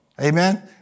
Amen